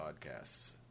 podcasts